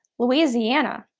louisiana,